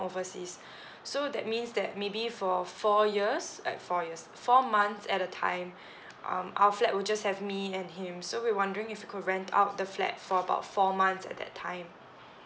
overseas so that means that maybe for four years eh four years four months at a time um our flat will just have me and him so we're wondering if we could rent out the flat for about four months at that time